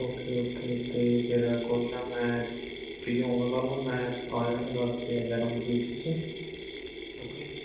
okay okay ਅਤੇ ਫਿਰ ਕੋਈ ਨਾ ਮੈਂ ਠੀਕ ਹੈ ਆਊਗਾ ਕੱਲ੍ਹ ਨੂੰ ਮੈਂ ਆ ਜਾਵਾਂਗਾ ਦਸ ਜਾਂ ਗਿਆਰ੍ਹਾਂ ਵਜੇ ਦੇ ਵਿੱਚ ਵਿੱਚ ਓਕੇ